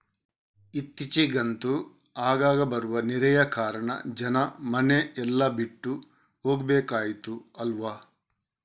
ಇತ್ತೀಚಿಗಂತೂ ಆಗಾಗ ಬರುವ ನೆರೆಯ ಕಾರಣ ಜನ ಮನೆ ಎಲ್ಲ ಬಿಟ್ಟು ಹೋಗ್ಬೇಕಾಯ್ತು ಅಲ್ವಾ